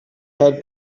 had